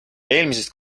eelmisest